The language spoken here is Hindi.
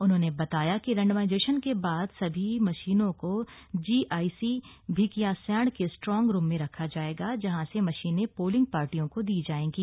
उन्होंने बताया कि रैण्डमाइजेशन के बाद सभी मशीनों को जीआईसी भिकियासैंण के स्ट्रॉन्ग रूम में रखा जाएगा जहां से मशीनें पोलिंग पार्टियों को दी जाएंगी